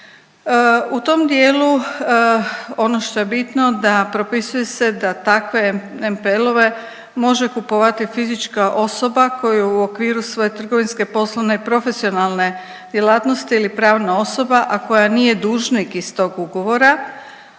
U tom dijelu ono što je bitno da propisuje se da takve NPL-ove može kupovati fizička osoba koja u okviru svoje trgovinske poslovne i profesionalne djelatnosti ili pravna osoba, a koja nije dužnik iz tog ugovora